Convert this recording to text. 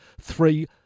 three